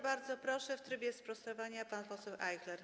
Bardzo proszę, w trybie sprostowania pan poseł Ajchler.